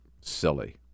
silly